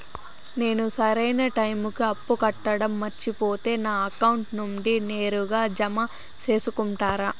నేను సరైన టైముకి అప్పు కట్టడం మర్చిపోతే నా అకౌంట్ నుండి నేరుగా జామ సేసుకుంటారా?